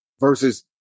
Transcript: Versus